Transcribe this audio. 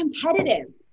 competitive